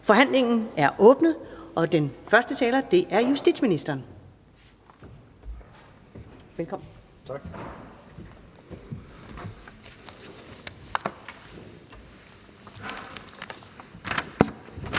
Forhandlingen er åbnet. Den første taler er justitsministeren. Velkommen. Kl.